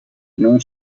non